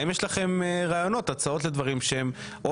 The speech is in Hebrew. האם יש לכם רעיונות הצעות לדברים שהם או